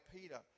Peter